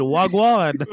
Wagwan